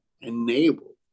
enable